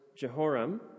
Jehoram